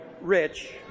rich